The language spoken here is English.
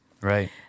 Right